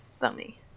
dummy